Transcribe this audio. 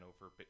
over